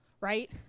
right